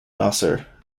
nasser